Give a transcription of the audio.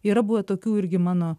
yra buvę tokių irgi mano